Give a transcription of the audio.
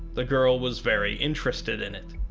the girl was very interested in it.